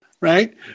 right